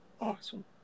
Awesome